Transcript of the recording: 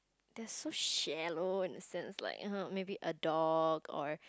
they are so shallow in a sense like uh maybe a dog or